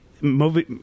movie